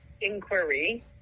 inquiry